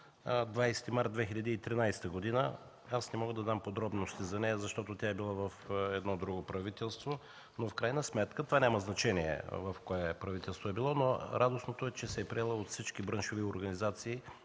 20 март 2013 г. Не мога да дам подробности за нея, защото е била при друго правителство, но в крайна сметка няма значение при кое правителство е била. Радостно е, че се е приела от всички браншови организации,